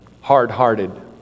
hard-hearted